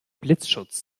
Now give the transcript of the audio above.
blitzschutz